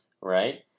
right